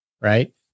Right